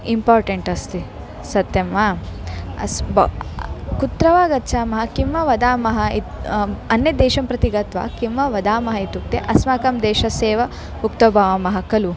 important अस्ति सत्यं वा असत्यं ब कुत्र वा गच्छामः किं वा वदामः इत् अन्यद्देशं प्रति गत्वा किं वा वदामः इत्युक्ते अस्माकं देशस्येव उक्त बामः खलु